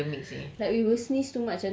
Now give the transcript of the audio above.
ya because of a pandemic seh